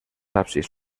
absis